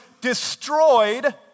destroyed